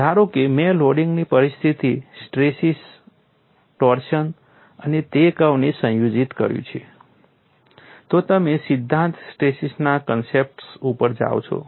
ધારો કે મેં લોડિંગની પરિસ્થિતિ સ્ટ્રેસીસ ટોર્શન અને તે કર્વને સંયોજિત કર્યું છે તો તમે સિદ્ધાંત સ્ટ્રેસીસના કન્સેપ્ટ્ ઉપર જાઓ છો